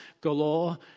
galore